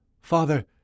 Father